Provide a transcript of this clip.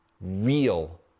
real